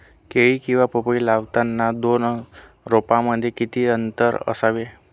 केळी किंवा पपई लावताना दोन रोपांमध्ये किती अंतर असावे?